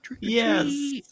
Yes